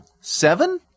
Seven